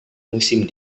musim